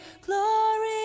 Glory